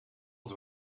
het